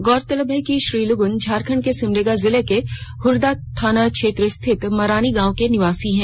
गौरतलब है कि श्री लग्न झारखंड के सिमडेगा जिले के हरदा थाना क्षेत्र स्थित मरानी गांव के निवासी हैं